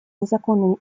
незаконными